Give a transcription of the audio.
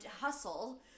hustle